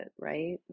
Right